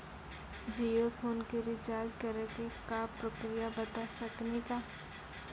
Jio phone के recharge करे के का प्रक्रिया बता साकिनी का?